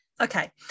Okay